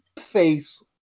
face